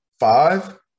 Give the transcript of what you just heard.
Five